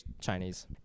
Chinese